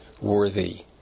worthy